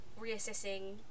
reassessing